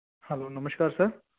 hello ਨਮਸਕਾਰ sir